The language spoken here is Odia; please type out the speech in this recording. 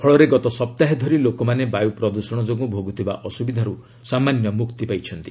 ଫଳରେ ଗତ ସପ୍ତାହେ ଧରି ଲୋକମାନେ ବାୟୁ ପ୍ରଦୃଷଣ ଯୋଗୁଁ ଭୋଗୁଥିବା ଅସୁବିଧାରୁ ସାମାନ୍ୟ ମୁକ୍ତି ପାଇଛନ୍ତି